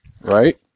right